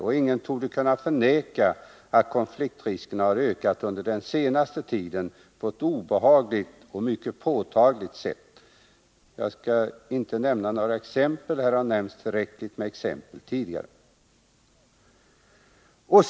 Och ingen torde kunna förneka att konfliktriskerna har ökat under den senaste tiden på ett obehagligt och mycket påtagligt sätt. Jag skallinte nämna några exempel — här har nämnts tillräckligt med exempel tidigare.